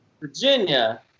Virginia